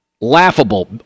laughable